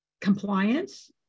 compliance